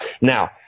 Now